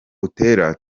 utera